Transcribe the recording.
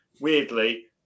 weirdly